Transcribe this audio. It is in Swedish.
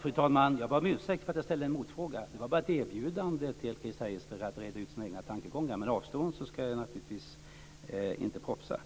Fru talman! Jag ber om ursäkt för att jag ställde en motfråga. Det var bara ett erbjudande till Chris Heister att reda ut sina egna tankegångar. Men avstår hon så ska jag naturligtvis inte propsa.